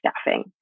staffing